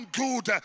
good